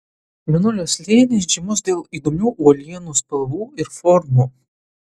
mėnulio slėnis žymus dėl įdomių uolienų spalvų ir formų